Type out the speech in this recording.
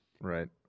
Right